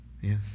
Yes